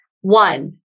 One